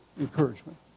encouragement